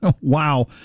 Wow